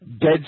Dead